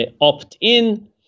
opt-in